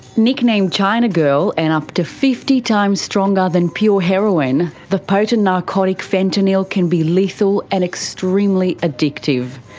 nicknamed china girl and up to fifty times stronger than pure heroin, the potent narcotic fentanyl can be lethal and extremely addictive.